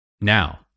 Now